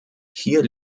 hier